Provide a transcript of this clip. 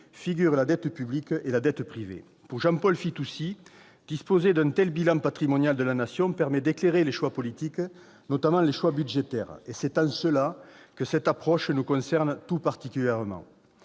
figurent la dette publique et la dette privée. Pour Jean-Paul Fitoussi, disposer d'un tel bilan patrimonial de la Nation permet d'éclairer les choix politiques, notamment les choix budgétaires. C'est en cela que cette approche nous concerne tout particulièrement.